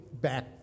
back